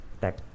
tech